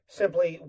simply